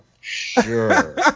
sure